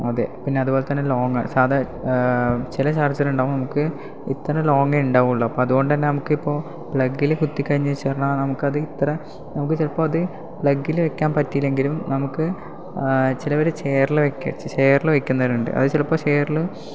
അതേ പിന്നതുപോലെ തന്നെ ലോങ്ങ് സാധ ചില ചാർജറുണ്ടാവും നമുക്ക് ഇത്ര ലോങ്ങേ ഉണ്ടാവുള്ളൂ അപ്പോൾ അതുകൊണ്ട് തന്നെ നമുക്കിപ്പോൾ പ്ലഗ്ഗിൽ കുത്തി കഴിഞ്ഞേച്ച് കഴിഞ്ഞ നമുക്കത് ഇത്ര നമുക്ക് ചിലപ്പോൾ അത് പ്ലഗ്ഗിൽ വയ്ക്കാൻ പറ്റിയില്ലെങ്കിലും നമുക്ക് ചിലവർ ചെയറിലെ വയ്ക്കുക ചെയറിൽ വയ്ക്കുന്നവരുണ്ട് അവർ ചിലപ്പോൾ ചെയറിൽ